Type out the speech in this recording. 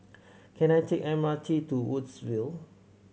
can I take M R T to Woodsville